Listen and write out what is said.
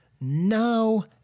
no